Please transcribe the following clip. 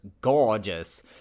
gorgeous